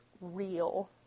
real